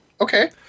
Okay